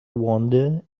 wonder